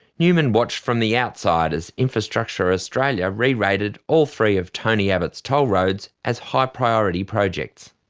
newman watched from the outside as infrastructure australia re-rated all three of tony abbott's toll roads as high priority projects.